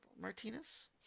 Martinez